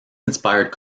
inspired